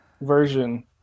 version